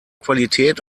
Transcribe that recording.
qualität